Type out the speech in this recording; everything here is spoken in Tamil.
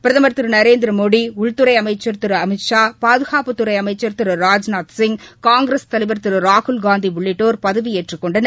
பிரதமா் திரு நரேந்திரமோடி உள்துறை அமைச்சா் திரு அமித்ஷா பாதுகாப்புத்துறை அமைச்சர் திரு ராஜ்நாத்சிங் காங்கிரஸ் தலைவர் திரு ராகுல்காந்தி உள்ளிட்டோர் பதவியேற்றுக் கொண்டர்